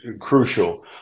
crucial